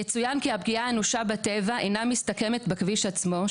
יצוין כי הפגיעה האנושה בטבע אינה מסתכמת בכביש עצמו,